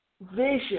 vision